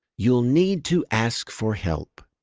you'll need to ask for help.